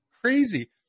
crazy